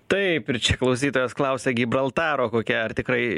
taip ir čia klausytojas klausia gibraltaro kokia ar tikrai